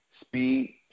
speed